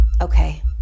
Okay